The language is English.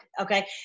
Okay